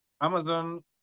Amazon